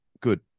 Good